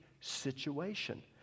situation